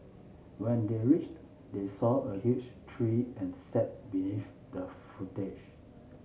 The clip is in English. when they reached they saw a huge tree and sat beneath the foliage